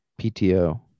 PTO